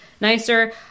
nicer